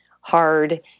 hard